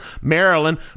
Maryland